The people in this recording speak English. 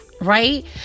right